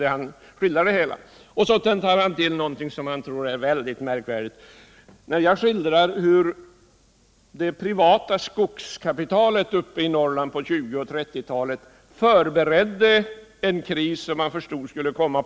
När jag skildrade hur det privata skogskapitalet i Norrland på 1920 och 1930-talen förberedde en kris som man förstod skulle komma.